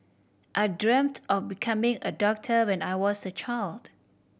I dreamt of becoming a doctor when I was a child